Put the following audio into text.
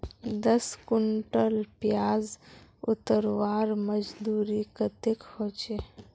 दस कुंटल प्याज उतरवार मजदूरी कतेक होचए?